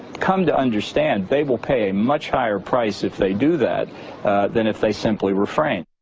come to understand they will pay a much higher price if they do that than if they simply refrain.